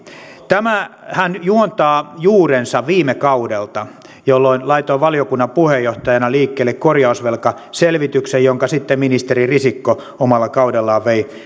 tämähän juontaa juurensa viime kaudelta jolloin laitoin valiokunnan puheenjohtajana liikkeelle korjausvelkaselvityksen jonka sitten ministeri risikko omalla kaudellaan vei